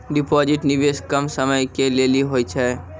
Deposit निवेश कम समय के लेली होय छै?